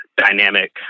dynamic